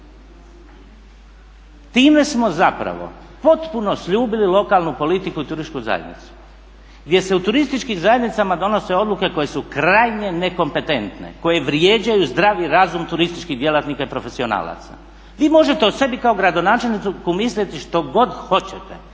Time smo zapravo potpuno sljubili lokalnu politiku i turističku zajednicu gdje se u turističkim zajednicama donose odluke koje su krajnje nekompetentne koje vrijeđaju zdravi razum turističkih djelatnika i profesionalaca. Vi možete o sebi kao o gradonačelniku misliti što god hoćete,